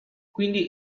quindi